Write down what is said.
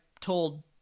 told